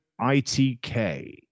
ITK